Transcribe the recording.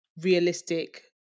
realistic